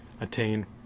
attain